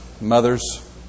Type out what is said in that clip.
mothers